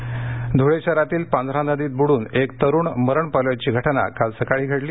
दर्घटना धुळे शहरातील पांझरा नदीत बुडून एक तरुण मरण पावल्याची घटना काल सकाळी घडली